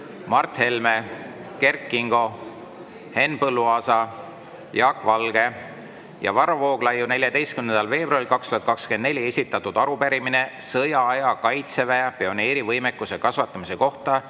Mart Helme, Kert Kingo, Henn Põlluaasa, Jaak Valge ja Varro Vooglaiu 14. veebruaril 2024 esitatud arupärimine sõjaaja kaitseväe pioneerivõimekuse kasvatamise kohta